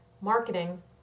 Marketing